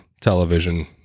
television